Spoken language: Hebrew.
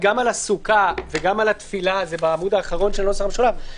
וזה בעמוד האחרון של הנוסח המשולב.